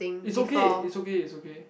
it's okay it's okay it's okay